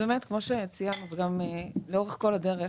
כפי שציינו לאורך כל הדרך,